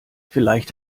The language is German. vielleicht